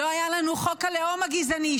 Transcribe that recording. לא היה לנו חוק הלאום הגזעני,